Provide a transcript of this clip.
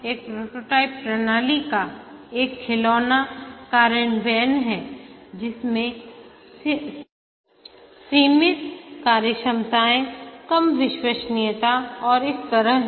एक प्रोटोटाइप प्रणाली का एक खिलौना कार्यान्वयन है जिसमें सीमित कार्यक्षमताएं कम विश्वसनीयता और इस तरह है